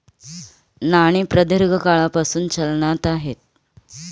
नाणी प्रदीर्घ काळापासून चलनात आहेत